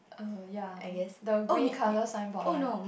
err ya the green colour signboard right